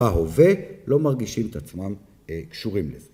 ‫ההווה לא מרגישים את עצמם ‫קשורים לזה.